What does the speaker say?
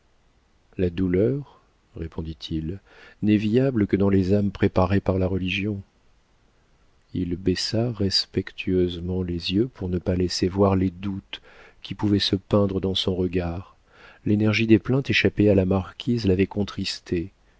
la douleur répondit-il n'est viable que dans les âmes préparées par la religion il baissa respectueusement les yeux pour ne pas laisser voir les doutes qui pouvaient se peindre dans son regard l'énergie des plaintes échappées à la marquise l'avait contristé